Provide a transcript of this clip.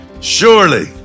surely